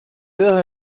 dedos